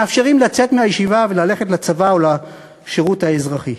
מאפשרים להם לצאת מהישיבה וללכת לצבא או לשירות האזרחי.